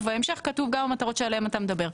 ובהמשך כתוב גם המטרות שעליהן אתה מדבר.